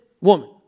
woman